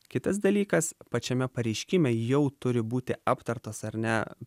kitas dalykas pačiame pareiškime jau turi būti aptartos ar ne